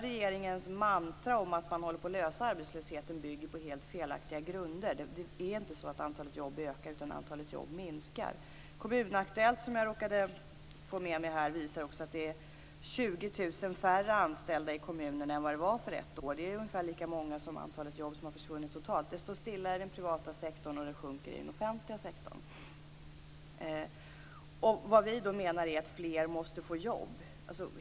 Regeringens mantra om att man håller på att lösa arbetslösheten bygger alltså på helt felaktiga grunder. Det är inte så att antalet jobb ökar, utan antalet jobb minskar. Tidningen Kommun Aktuellt, som jag råkade få med mig här, visar också att det är 20 000 färre anställda i kommunerna än vad det var för ett år sedan. Det är ungefär lika mycket som det antal jobb som försvunnit totalt. Det står stilla i den privata sektorn, och det sjunker i den offentliga sektorn. Vad vi menar är att fler måste få jobb.